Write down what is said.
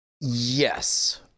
yes